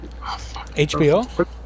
HBO